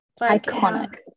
Iconic